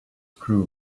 screw